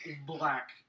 black